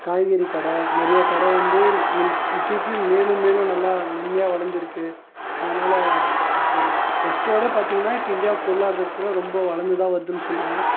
காய்கறி கடை நிறைய கடை வந்து இப்ப இப்போ இப்போயும் மேலும் மேலும் நல்லா மென்மையாக வளர்ந்துருக்கு அதனால் இப்போ ஃபர்ஸ்ட்டோட பார்த்திங்கன்னா இப்போ இந்தியா பொருளாதாரத்தில் ரொம்ப வளர்ந்துதான் வருதுன்னு சொல்லுவேன்